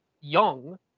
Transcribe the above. young